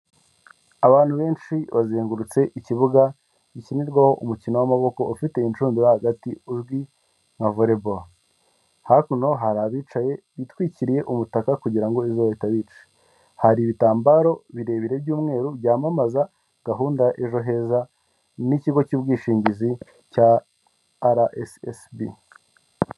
Abantu benshi bazengurutse ikibuga gikinirwaho umukino w'amaboko ufite inshundura hagati uzwi nka voleboro, hakuno hari abicaye bitwikiriye umutaka kugira ngo izuba ritabica, hari ibitambaro birebire by'umweru byamamaza gahunda ejo heza n'ikigo cy'ubwishingizi cya RSSB.